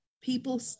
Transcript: people